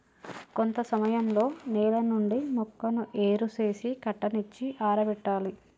కొంత సమయంలో నేల నుండి మొక్కను ఏరు సేసి కట్టనిచ్చి ఆరబెట్టాలి